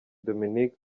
dominic